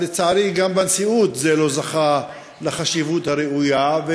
אבל לצערי גם בנשיאות זה לא זכה לחשיבות הראויה.